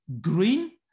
green